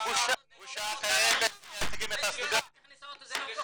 זה בושה כאלה שמייצגים סטודנטים.